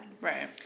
Right